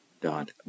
dot